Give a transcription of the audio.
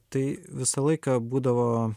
tai visą laiką būdavo